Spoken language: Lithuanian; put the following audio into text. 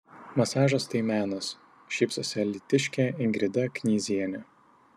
masažas tai menas šypsosi alytiškė ingrida knyzienė